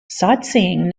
sightseeing